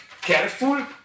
careful